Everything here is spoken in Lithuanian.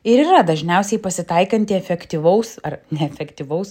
ir yra dažniausiai pasitaikanti efektyvaus ar efektyvaus